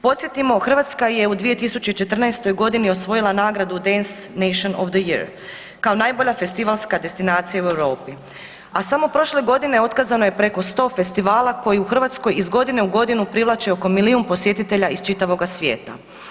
Podsjetimo, Hrvatska je u 2014.g. osvojila nagradu „Dance nation of the year“ kao najbolja festivalska destinacija u Europi, a samo prošle godine otkazano je preko 100 festivala koji u Hrvatskoj iz godine u godinu privlače oko milijun posjetitelja iz čitavoga svijeta.